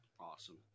Awesome